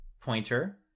pointer